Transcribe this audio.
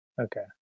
Okay